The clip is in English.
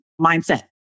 mindset